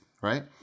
right